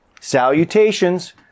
Salutations